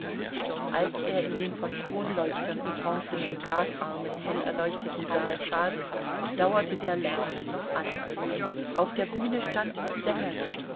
als er in den von kronleuchtern und bronzenen gasarmen hell erleuchteten saal trat dauerte der lärm noch an auf der bühne stand die sängerin